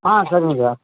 ஆ சரிங்க சார்